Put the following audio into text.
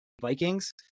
Vikings